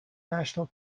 national